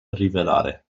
rivelare